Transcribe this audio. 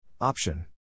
Option